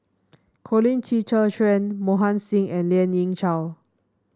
Colin Qi Zhe Quan Mohan Singh and Lien Ying Chow